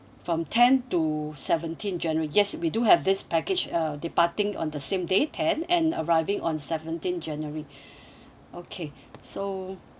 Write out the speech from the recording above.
from ten to seventeen january yes we do have this package uh departing on the same day ten and arriving on seventeen january okay so